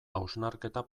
hausnarketa